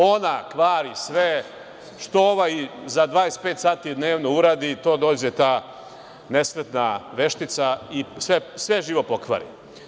Ona kvari sve što ovaj za 25 sati dnevno uradi, dođe ta nesretna veštica i sve živo pokvari.